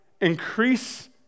increase